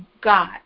God